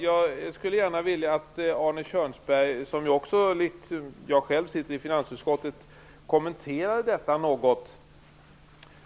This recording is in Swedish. Jag skulle vilja att Arne Kjörnsberg, som liksom jag själv sitter i finansutskottet, kommenterade detta något.